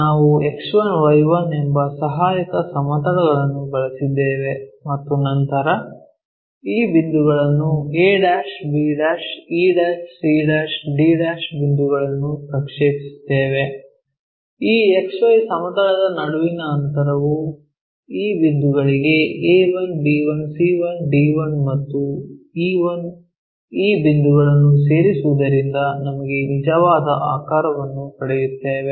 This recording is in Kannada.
ನಾವು X1Y1 ಎಂಬ ಸಹಾಯಕ ಸಮತಲವನ್ನು ಬಳಸಿದ್ದೇವೆ ಮತ್ತು ನಂತರ ಈ ಬಿಂದುಗಳನ್ನು a b e c d ಬಿಂದುಗಳನ್ನು ಪ್ರಕ್ಷೇಪಿಸುತ್ತೇವೆ ಈ XY ಸಮತಲದ ನಡುವಿನ ಅಂತರವು ಈ ಬಿಂದುಗಳಿಗೆ a1 b1 c1 d1 ಮತ್ತು e1 ಈ ಬಿಂದುವನ್ನು ಸೇರಿಸುವುದರಿಂದ ನಮಗೆ ನಿಜವಾದ ಆಕಾರವನ್ನು ಪಡೆಯುತ್ತೇವೆ